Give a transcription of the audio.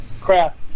craft